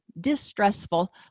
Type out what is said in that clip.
distressful